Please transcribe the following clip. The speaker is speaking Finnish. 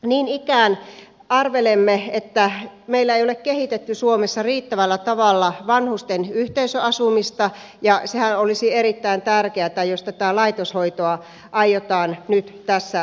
niin ikään arvelemme että meillä ei ole kehitetty suomessa riittävällä tavalla vanhusten yhteisöasumista ja sehän olisi erittäin tärkeätä jos laitoshoitoa aiotaan nyt vähentää